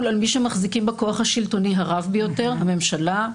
על מי שמחזיקים בכוח השלטוני הרב ביותר הממשלה,